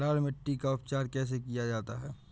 लाल मिट्टी का उपचार कैसे किया जाता है?